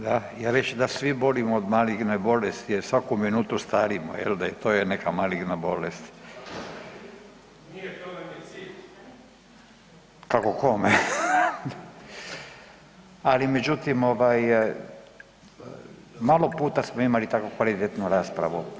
Da, ja reć da svi bolujemo od maligne bolesti jer svaku minutu starimo jel da i to je neka maligna bolest? … [[Upadica: Ne razumije se.]] Kako kome, ali međutim ovaj malo puta smo imali tako kvalitetnu raspravu.